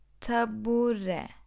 tabure